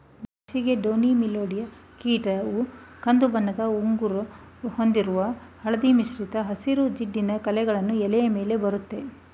ದ್ರಾಕ್ಷಿಗೆ downy mildew ಕೀಟವು ಕಂದುಬಣ್ಣದ ಉಂಗುರ ಹೊಂದಿರೋ ಹಳದಿ ಮಿಶ್ರಿತ ಹಸಿರು ಜಿಡ್ಡಿನ ಕಲೆಗಳು ಎಲೆ ಮೇಲೆ ಬರತ್ತೆ